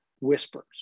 whispers